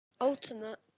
ultimate